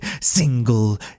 single